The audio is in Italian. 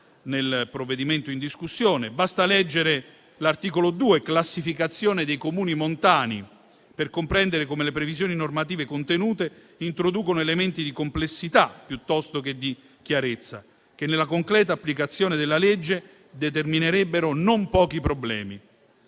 nel provvedimento in discussione: basta leggere l'articolo 2, "Classificazione dei Comuni montani", per comprendere come le previsioni normative contenute introducono elementi di complessità piuttosto che di chiarezza, che nella concreta applicazione della legge determinerebbero non pochi problemi.